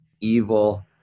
evil